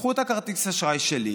קחו את כרטיס האשראי שלי,